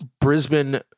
Brisbane